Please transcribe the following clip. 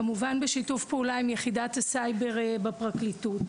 כמובן בשיתוף פעולה עם יחידת הסייבר בפרקליטות.